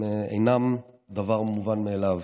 הם אינם דבר מובן מאליו.